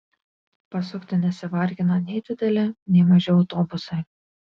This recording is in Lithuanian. pasukti nesivargina nei dideli nei maži autobusai